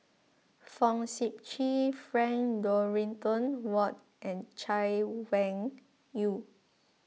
Fong Sip Chee Frank Dorrington Ward and Chay Weng Yew